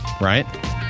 right